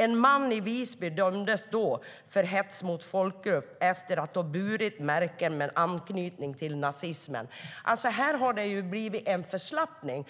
En man i Visby dömdes då för hets mot folkgrupp efter att ha burit märken med anknytning till nazismen. Här har det blivit en förslappning.